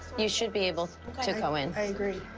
you should be able to go in. i agree.